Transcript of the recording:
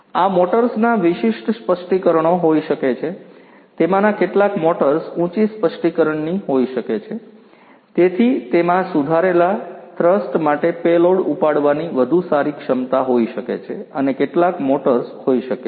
આ મોટર્સના વિશિષ્ટ સ્પષ્ટીકરણો હોઈ શકે છે તેમાંના કેટલાક મોટર્સ ઉંચી સ્પષ્ટીકરણની હોઈ શકે છે તેથી તેમાં સુધારેલા થ્રસ્ટ માટે પેલોડ ઉપાડવાની વધુ સારી ક્ષમતા હોઈ શકે છે અને કેટલાક મોટર્સ હોઈ શકે છે